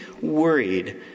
worried